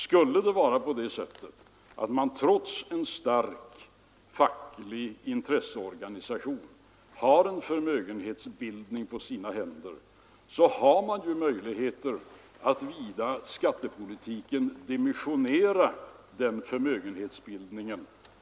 Skulle det vara så att man trots en stark facklig intresseorganisation har en förmögenhetsbildning på vissa händer, så har man ju möjligheter att via skattepolitiken dimensionera den förmögenhetsbildningen.